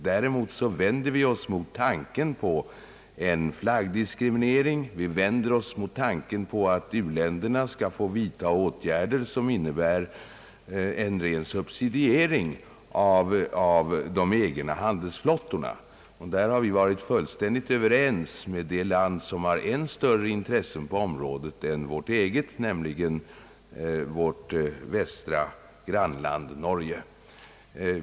Däremot vänder vi oss mot tan ken på en flaggdiskriminering, och vi vänder oss mot tanken på att u-länderna skall få vidta åtgärder som innebär en ren subsidiering av de egna handelsflottorna. Därvidlag har vi varit fullt ense med ett land, som har ännu större intressen på området än vårt eget, nämligen vårt västra grannland Norge.